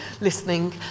listening